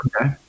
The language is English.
okay